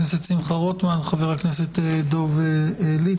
נמצאים איתנו חברי הכנסת שמחה רוטמן וחבר הכנסת לשעבר דב ליפמן.